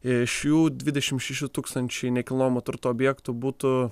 iš jų dvidešimt šeši tūkstančiai nekilnojamo turto objektų butų